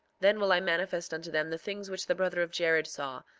then will i manifest unto them the things which the brother of jared saw,